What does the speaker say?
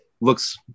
looks